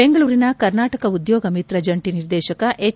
ಬೆಂಗಳೂರಿನ ಕರ್ನಾಟಕ ಉದ್ಯೋಗ ಮಿತ್ರ ಜಂಟಿ ನಿರ್ದೇಶಕ ಎಚ್